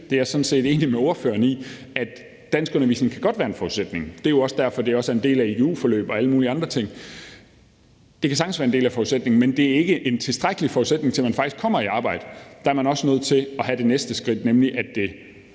Jeg er sådan set enig med ordføreren i, at danskundervisning godt kan være en forudsætning. Det er jo også derfor, det også er en del af IGU-forløbet og alle mulige andre ting. Det kan sagtens være en del af forudsætningen, men det er ikke en tilstrækkelig forudsætning for, at man faktisk kommer i arbejde. Der er man også nødt til at have det næste skridt, nemlig at